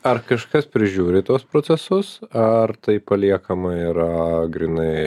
ar kažkas prižiūri tuos procesus ar tai paliekama yra grynai